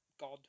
god